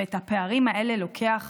ואת הפערים האלה לוקח